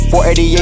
488